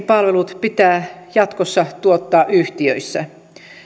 palvelut pitää jatkossa tuottaa yhtiöissä